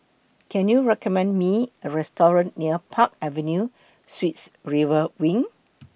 Can YOU recommend Me A Restaurant near Park Avenue Suites River Wing